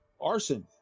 Arson